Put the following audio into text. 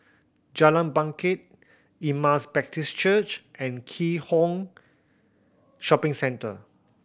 Jalan Bangket Emmaus Baptist Church and Keat Hong Shopping Centre